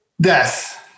death